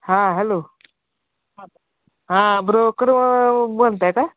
हा हॅलो हा ब्रोकर बोलत आहेत का